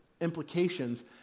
implications